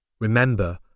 Remember